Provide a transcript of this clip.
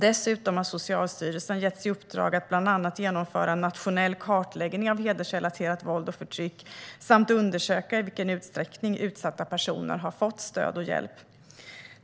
Dessutom har Socialstyrelsen getts i uppdrag att bland annat genomföra en nationell kartläggning av hedersrelaterat våld och förtryck samt att undersöka i vilken utsträckning utsatta personer har fått stöd och hjälp.